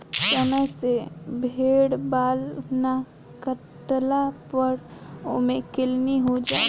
समय से भेड़ बाल ना काटला पर ओमे किलनी हो जाला